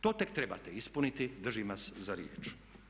To tek trebate ispuniti, držim vas za riječ.